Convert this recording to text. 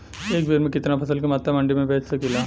एक बेर में कितना फसल के मात्रा मंडी में बेच सकीला?